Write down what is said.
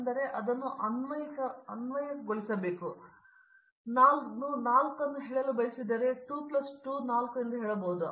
ನಾನು 4 ಅನ್ನು ಹೇಳಲು ಬಯಸಿದರೆ ನಾನು 2 ಪ್ಲಸ್ 2 4 ಎಂದು ಹೇಳಬಹುದು